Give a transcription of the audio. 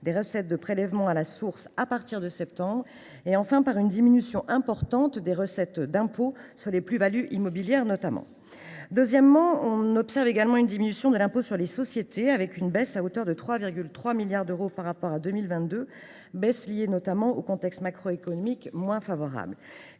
des recettes de prélèvement à la source à partir du mois de septembre, ainsi que par une diminution importante des recettes d’impôt sur les plus values immobilières notamment. On observe, ensuite, une diminution du produit de l’impôt sur les sociétés, à hauteur de 3,3 milliards d’euros par rapport à 2022, baisse liée notamment à un contexte macroéconomique moins favorable.